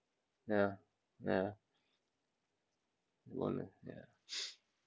ya ya ya